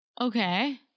Okay